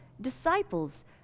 disciples